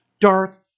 dark